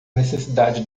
necessidade